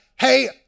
Hey